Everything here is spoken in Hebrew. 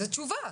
זאת תשובה,